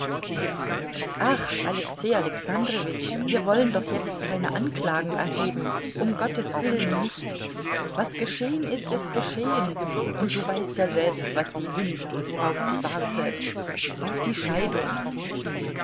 ach alexei alexandrowitsch wir wollen doch jetzt keine anklagen erheben um gottes willen nicht was geschehen ist ist geschehen und du weißt ja selbst was sie wünscht und worauf sie wartet auf die scheidung